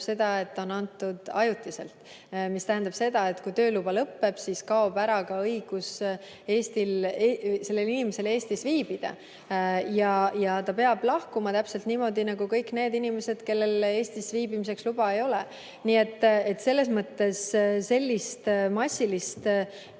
seda, et see on antud ajutiselt, mis tähendab seda, et kui tööluba lõpeb, siis kaob ka sellel inimesel ära õigus Eestis viibida. Ta peab lahkuma, täpselt nii nagu kõik need inimesed, kellel Eestis viibimiseks luba ei ole. Nii et selles mõttes massilist